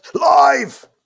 live